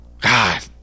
god